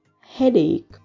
headache